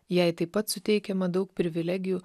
jai taip pat suteikiama daug privilegijų